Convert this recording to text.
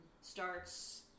starts